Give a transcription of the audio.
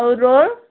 ଆଉ ରୋଲ୍